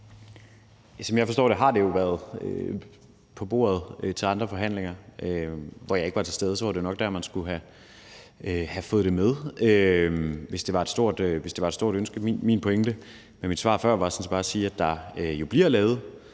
Som jeg forstår det, har det jo været på bordet ved andre forhandlinger, hvor jeg ikke var til stede. Så det var jo nok der, man skulle have fået det med, hvis det var et stort ønske. Min pointe med mit svar før var sådan set bare at sige, at der jo bliver lavet